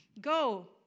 Go